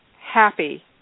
happy